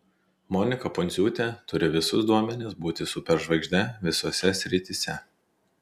monika pundziūtė turi visus duomenis būti superžvaigžde visose srityse